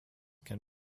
can